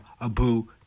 Abu